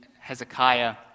Hezekiah